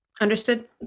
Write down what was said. Understood